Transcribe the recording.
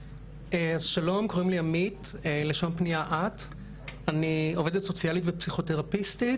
שלום, אני עובדת סוציאלית ופסיכותרפיסטית.